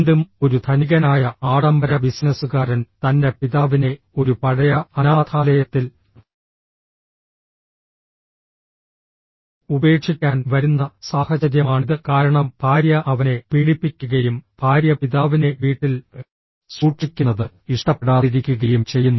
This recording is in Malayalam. വീണ്ടും ഒരു ധനികനായ ആഡംബര ബിസിനസുകാരൻ തൻ്റെ പിതാവിനെ ഒരു പഴയ അനാഥാലയത്തിൽ ഉപേക്ഷിക്കാൻ വരുന്ന സാഹചര്യമാണിത് കാരണം ഭാര്യ അവനെ പീഡിപ്പിക്കുകയും ഭാര്യ പിതാവിനെ വീട്ടിൽ സൂക്ഷിക്കുന്നത് ഇഷ്ടപ്പെടാതിരിക്കുകയും ചെയ്യുന്നു